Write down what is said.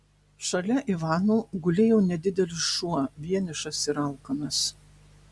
šalia ivano gulėjo nedidelis šuo vienišas ir alkanas